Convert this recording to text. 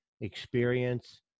experience